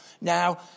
now